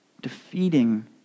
defeating